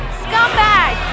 scumbag